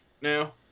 now